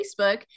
Facebook